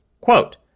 Quote